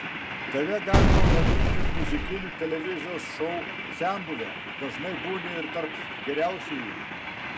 tave galima vadinti muzikinių televizijos šou senbuve dažnai būni ir tarp geriausiųjų